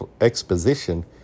Exposition